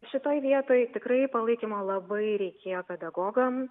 šitoj vietoj tikrai palaikymo labai reikėjo pedagogam